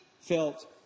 felt